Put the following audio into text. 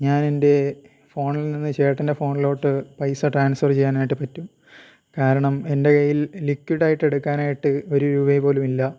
ഞാൻ എൻ്റെ ഫോണിൽ നിന്ന് ചേട്ടൻ്റെ ഫോണിലോട്ട് പൈസ ട്രാൻസ്ഫർ ചെയ്യാനായിട്ട് പറ്റും കാരണം എൻ്റെ കയ്യിൽ ലിക്വിഡ് ആയിട്ട് എടുക്കാൻ ആയിട്ട് ഒരു രൂപ പോലുമില്ല